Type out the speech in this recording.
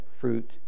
fruit